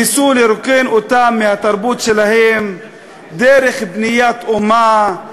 ניסו לרוקן אותם מהתרבות שלהם דרך בניית אומה,